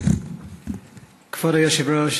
כבוד היושב-ראש,